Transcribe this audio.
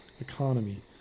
economy